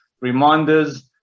reminders